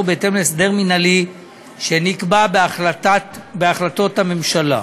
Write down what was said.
בהתאם להסדר מינהלי שנקבע בהחלטות הממשלה.